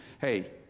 Hey